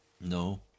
No